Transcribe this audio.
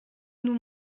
nous